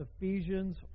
Ephesians